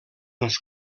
els